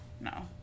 No